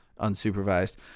Unsupervised